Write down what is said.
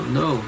no